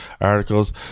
articles